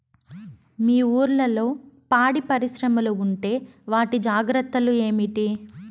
మీ ఊర్లలో పాడి పరిశ్రమలు ఉంటే వాటి జాగ్రత్తలు ఏమిటి